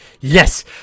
yes